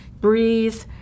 breathe